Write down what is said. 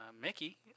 Mickey